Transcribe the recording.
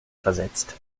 versetzt